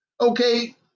Okay